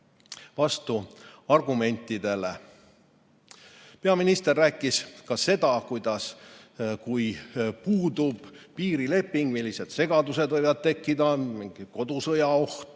vastuargumentidele. Peaminister rääkis ka seda, et kui puudub piirileping, siis millised segadused võivad tekkida, et on mingi kodusõja oht,